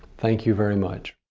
thank you very much.